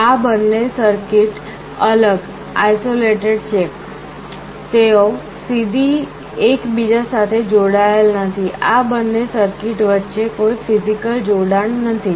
આ બંને સર્કિટ અલગ છે તેઓ સીધી એક બીજા સાથે જોડાયેલ નથી આ બંને સર્કિટ વચ્ચે કોઈ ફિઝિકલ જોડાણ નથી